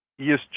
ESG